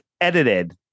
edited